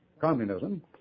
communism